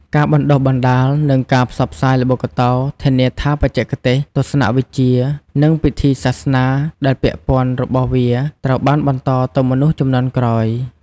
ការបណ្តុះបណ្តាល និងការផ្សព្វផ្សាយល្បុក្កតោធានាថាបច្ចេកទេស ទស្សនវិជ្ជា និងពិធីសាសនាដែលពាក់ព័ន្ធរបស់វាត្រូវបានបន្តទៅមនុស្សជំនាន់ក្រោយ។